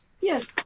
Yes